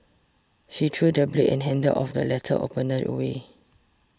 she threw the blade and handle of the letter opener away